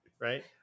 right